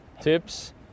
tips